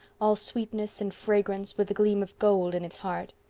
all sweetness and fragrance, with the gleam of gold in its heart.